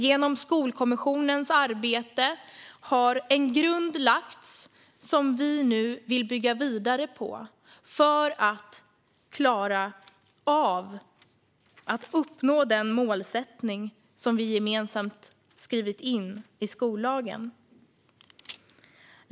Genom Skolkommissionens arbete har en grund lagts som vi nu vill bygga vidare på för att klara av att uppnå den målsättning som vi gemensamt skrivit in i skollagen.